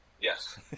Yes